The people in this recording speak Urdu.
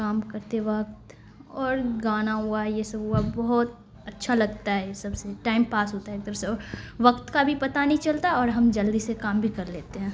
کام کرتے وقت اور گانا ہوا یہ سب ہوا بہت اچھا لگتا ہے سب سے ٹائم پاس ہوتا ہے ایک در سے اور وقت کا بھی پتہ نہیں چلتا اور ہم جلدی سے کام بھی کر لیتے ہیں